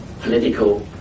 political